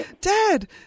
Dad